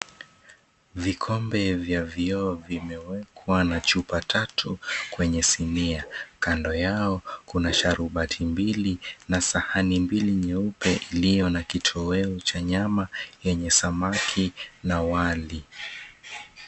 Vikombe vya vioo vimewekwa na chupa tatu kwenye sinia. Kando yao kuna sharubati mbili na sahani mbili nyeupe iliyo na kitoweo cha nyama yenye samaki na wali.